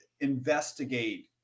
investigate